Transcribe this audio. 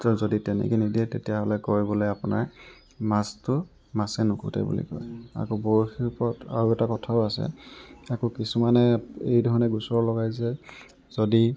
যদি তেনেকৈ নিদিয়ে তেতিয়াহ'লে কয় বোলে আপোনাৰ মাছটো মাছে নুখুটে বুলি কয় আকৌ বৰশীৰ ওপৰত আৰু এটা কথাও আছে আকৌ কিছুমানে এই ধৰণৰ গোচৰ লগায় যে যদি